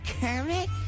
Kermit